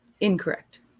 Incorrect